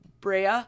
Brea